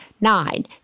nine